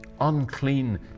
unclean